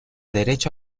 derecho